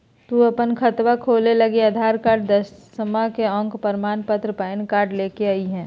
तू अपन खतवा खोलवे लागी आधार कार्ड, दसवां के अक प्रमाण पत्र, पैन कार्ड ले के अइह